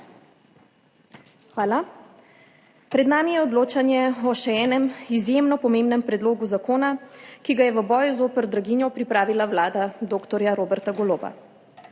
Hvala. Pred nami je odločanje o še enem izjemno pomembnem predlogu zakona, ki ga je v boju zoper draginjo pripravila vlada dr. Roberta Goloba.